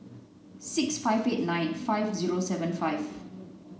six five eight nine five zero seven five